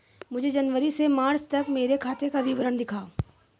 मुझे जनवरी से मार्च तक मेरे खाते का विवरण दिखाओ?